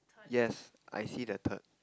yes I see the turd